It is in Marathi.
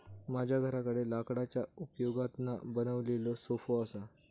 माझ्या घराकडे लाकडाच्या उपयोगातना बनवलेलो सोफो असा